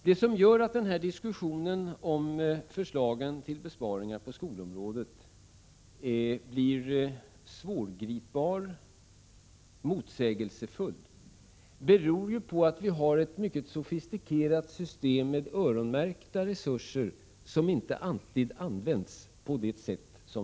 Det som gör att den här diskussionen om förslagen till besparingar på skolområdet blir svårgripbar och motsägelsefull är att vi har ett mycket sofistikerat system med öronmärkta resurser, som inte alltid används på avsett sätt.